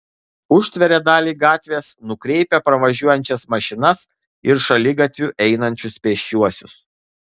užtveria dalį gatvės nukreipia pravažiuojančias mašinas ir šaligatviu einančius pėsčiuosius